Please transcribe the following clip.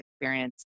experience